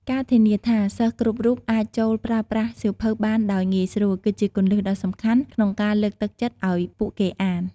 ការធានាថា សិស្សគ្រប់រូបអាចចូលប្រើប្រាស់សៀវភៅបានដោយងាយស្រួល គឺជាគន្លឹះដ៏សំខាន់ក្នុងការលើកទឹកចិត្តឱ្យពួកគេអាន។